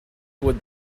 would